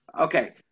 okay